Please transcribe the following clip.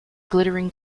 glittering